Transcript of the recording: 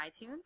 iTunes